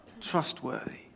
trustworthy